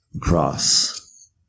Cross